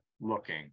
looking